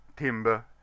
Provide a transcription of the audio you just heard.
Timber